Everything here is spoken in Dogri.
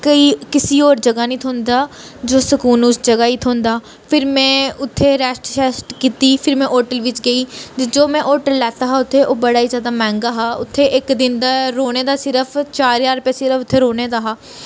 केईं किसी होर जगह नी थ्होंदा जो सुकून उस जगह् ई थ्होंदा फेर मै उत्थें रेस्ट सेस्ट कीती फ्ही में होटल बिच्च गेई जो मै होटल लैता उत्थें ओह बड़ा ई ज्यादा मैंह्गा हा उत्थें इक दा दिन रौह्ने दा सिर्फ चार ज्हार सिर्फ उत्थें रौह्ने दा हा